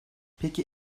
peki